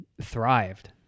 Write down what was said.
thrived